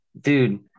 dude